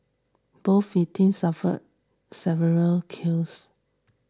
both victims suffered several kills